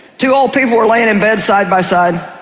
two old people were laying in bed side by side.